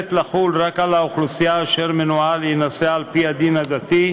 מתיימרת לחול רק על האוכלוסייה אשר מנועה מלהינשא על-פי הדין הדתי,